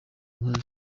inka